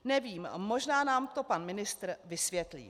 Nevím, možná nám to pan ministr vysvětlí.